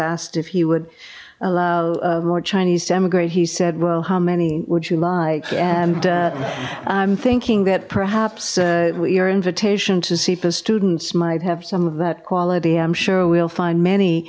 asked if he would allow more chinese to emigrate he said well how many would you like and i'm thinking that perhaps your invitation to sepa students might have some of that quality i'm sure we'll find many